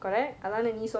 (uh huh)